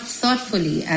thoughtfully